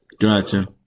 Gotcha